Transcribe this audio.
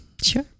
Sure